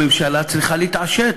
הממשלה צריכה להתעשת.